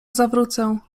zawrócę